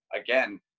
again